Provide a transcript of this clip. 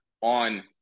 on